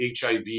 HIV